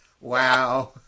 Wow